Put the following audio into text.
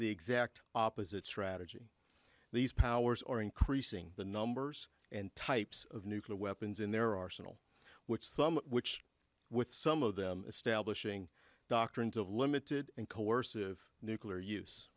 the exact opposite strategy these powers are increasing the numbers and types of nuclear weapons in their arsenal which some which with some of them establishing doctrines of limited and coercive nuclear use